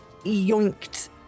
yoinked